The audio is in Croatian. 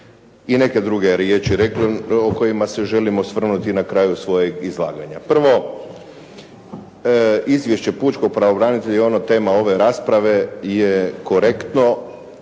i neke druge riječi rekli o kojima se želim osvrnuti i na kraju svojeg izlaganja. Prvo, Izvješće pučkog pravobranitelja je tema ove rasprave je korektno,